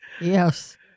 Yes